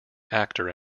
actor